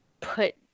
put